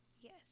yes